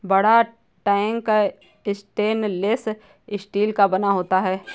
बड़ा tank stainless steel का बना होता है